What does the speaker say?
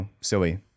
silly